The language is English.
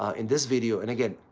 in this video, and again,